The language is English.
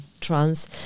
trans